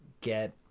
get